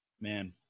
Man